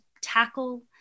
tackle